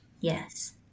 Yes